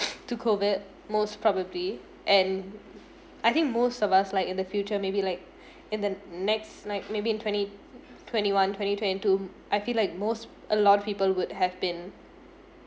to COVID most probably and I think most of us like in the future maybe like in the next like maybe in twenty twenty one twenty twenty two I feel like most a lot of people would have been